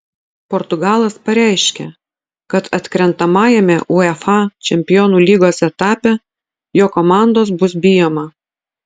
portugalas pareiškė kad atkrentamajame uefa čempionų lygos etape jo komandos bus bijoma